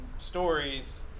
stories